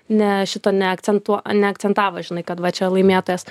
ne šito neakcentuo neakcentavo žinai kad va čia laimėtojas